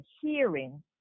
hearing